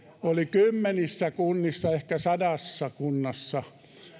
oli kymmenissä kunnissa ehkä sadassa kunnassa